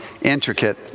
intricate